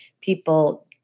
people